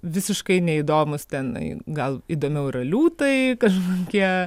visiškai neįdomūs tenai gal įdomiau yra liūtai kažkokie